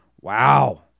Wow